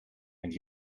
and